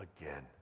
again